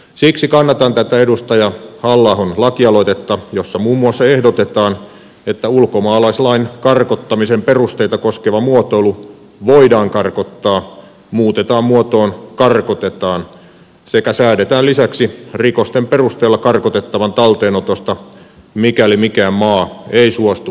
siksi kannatan tätä edustaja halla ahon lakialoitetta jossa muun muassa ehdotetaan että ulkomaalaislain karkottamisen perusteita koskeva muotoilu voidaan karkottaa muutetaan muotoon karkotetaan sekä säädetään lisäksi rikosten perusteella karkotettavan talteenotosta mikäli mikään maa ei suostu tätä vastaanottamaan